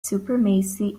supremacy